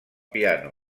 piano